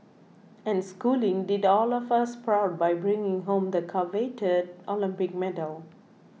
and Schooling did all of us proud by bringing home the coveted Olympic medal